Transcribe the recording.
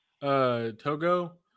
Togo